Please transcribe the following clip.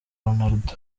ronaldo